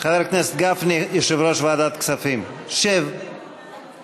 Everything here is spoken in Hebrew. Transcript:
חבר הכנסת גפני, יושב-ראש ועדת כספים, שב בשקט.